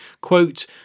quote